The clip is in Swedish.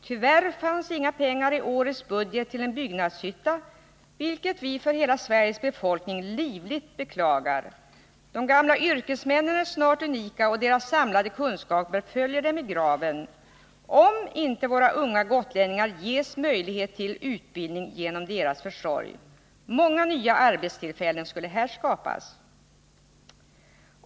Tyvärr fanns inga pengar i årets budget till en byggnadshytta, vilket vi för hela Sveriges befolkning livligt beklagar. De gamla yrkesmännen är snart unika, och deras samlade kunskaper följer dem i graven, om inte våra unga gotlänningar ges möjlighet till utbildning genom deras försorg. Många nya arbetstillfällen skulle här skapas.